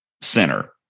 center